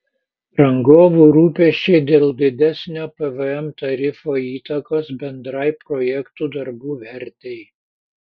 rangovų rūpesčiai dėl didesnio pvm tarifo įtakos bendrai projektų darbų vertei